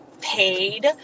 paid